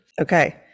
Okay